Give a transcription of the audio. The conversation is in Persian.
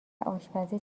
آشپزی